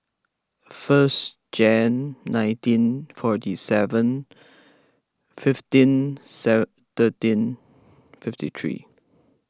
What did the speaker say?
first Jan nineteen forty seven fifteen fifty three